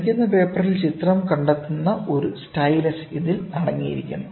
ചലിക്കുന്ന പേപ്പറിൽ ചിത്രം കണ്ടെത്തുന്ന ഒരു സ്റ്റൈലസ് ഇതിൽ അടങ്ങിയിരിക്കുന്നു